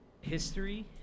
history